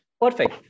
Perfect